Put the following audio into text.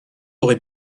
aurait